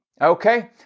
okay